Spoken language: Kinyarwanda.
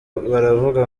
baravuga